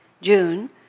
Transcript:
June